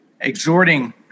exhorting